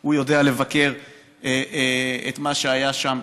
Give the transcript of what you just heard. הוא יודע לבקר את מה שהיה שם,